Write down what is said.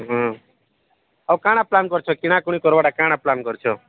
ହଁ ଆଉ କ'ଣ ପ୍ଲାନ୍ କରିଛ କିଣା କୁଣି କରିବାଟା କ'ଣ ପ୍ଲାନ୍ କରିଛ